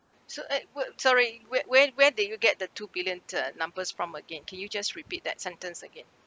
so at where sorry where where where did you get the two billion uh numbers from again can you just repeat that sentence again